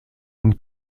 und